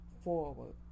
forward